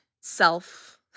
self